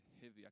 heavy